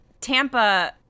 Tampa